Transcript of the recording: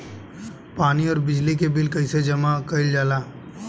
पानी और बिजली के बिल कइसे जमा कइल जाला?